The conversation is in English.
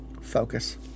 focus